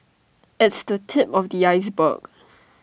it's the tip of the iceberg